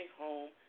home